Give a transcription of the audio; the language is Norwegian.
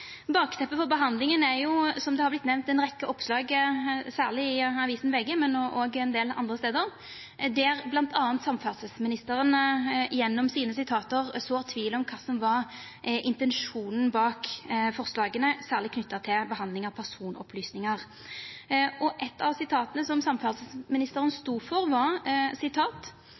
Bakteppet for behandlinga er, som det har vorte nemnt, ei rekkje oppslag – særleg i avisa VG, men òg ein del andre plassar – der bl.a. samferdselsministeren gjennom sitata sine sår tvil om kva som var intensjonen bak forslaga, særleg knytt til behandlinga av personopplysningar. Eitt av sitata som samferdselsministeren stod for, var